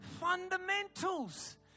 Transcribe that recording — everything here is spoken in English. fundamentals